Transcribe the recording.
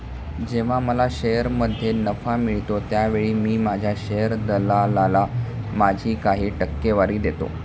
जेव्हा मला शेअरमध्ये नफा मिळतो त्यावेळी मी माझ्या शेअर दलालाला माझी काही टक्केवारी देतो